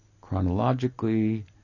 chronologically